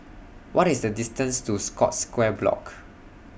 What IS The distance to Scotts Square Block